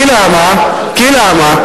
כי למה?